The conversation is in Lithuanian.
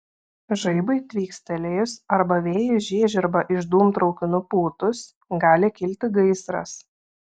žaibui tvykstelėjus arba vėjui žiežirbą iš dūmtraukių nupūtus gali kilti gaisras